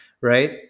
Right